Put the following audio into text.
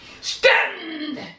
Stand